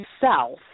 South